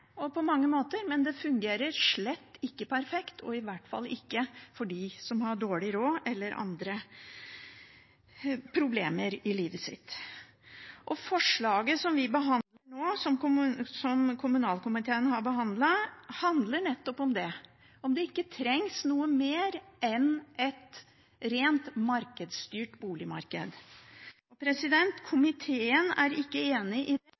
som har dårlig råd eller andre problemer i livet sitt. Forslaget som kommunalkomiteen har behandlet, handler nettopp om det, om det ikke trengs noe mer enn et rent markedsstyrt boligmarked. Komiteen er ikke enig i